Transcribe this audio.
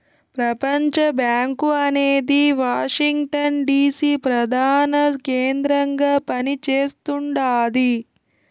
ప్రపంచబ్యాంకు అనేది Washington DC ప్రదాన కేంద్రంగా పని చేస్తుండాది